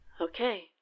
Okay